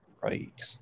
right